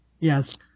yes